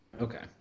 Okay